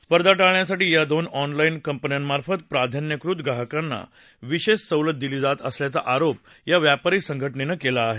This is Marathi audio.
स्पर्धा टाळण्यासाठी या दोन ऑनलाईन कंपन्यांमार्फत प्राधान्यकृत ग्राहकांना विशेष सवलत दिली जात असल्याचा आरोप या व्यापारी संघटनेनं केला आहे